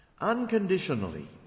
unconditionally